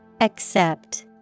Accept